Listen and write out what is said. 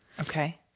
Okay